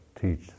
teach